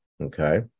Okay